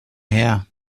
her